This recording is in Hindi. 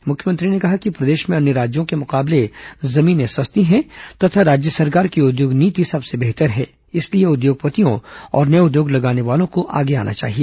मुख्यमंत्री ने कहा कि प्रदेश में अन्य राज्यों के मुकाबले जमीनें सस्ती हैं तथा राज्य सरकार की उद्योग नीति सबसे बेहतर है इसलिए उद्योगपतियों और नये उद्योग लगाने वालों को आगे आना चाहिए